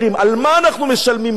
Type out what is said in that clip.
על מה אנחנו משלמים מס?